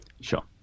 Sure